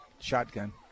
shotgun